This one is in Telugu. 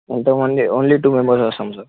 కొంతమంది ఓన్లీ టూ మెంబర్స్ వస్తాం సార్